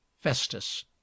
Festus